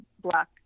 black